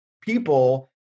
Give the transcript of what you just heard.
people